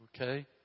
Okay